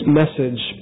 message